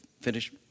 finish